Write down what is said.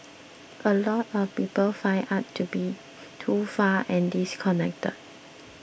a lot of people find art to be too far and disconnected